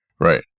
right